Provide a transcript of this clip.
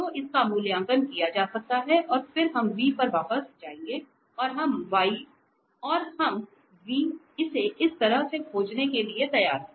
तो इसका मूल्यांकन किया जा सकता है और फिर हम v पर वापस जाएंगे और हम v इसे इस तरह से खोजने के लिए तैयार हैं